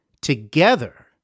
Together